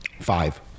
Five